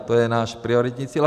To je náš prioritní cíl.